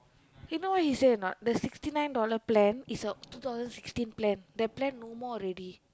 you know what he say or not the sixty nine dollar plan is a two thousand sixteen plan that plan no more already